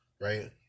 right